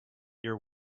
your